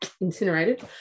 incinerated